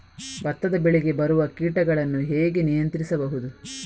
ಭತ್ತದ ಬೆಳೆಗೆ ಬರುವ ಕೀಟಗಳನ್ನು ಹೇಗೆ ನಿಯಂತ್ರಿಸಬಹುದು?